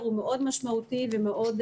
הקשר הוא מאוד משמעותי ומקדם.